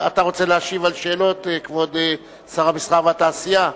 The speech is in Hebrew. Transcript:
כבוד שר המסחר והתעשייה,